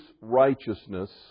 righteousness